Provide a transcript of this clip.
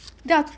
yeah